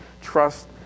trust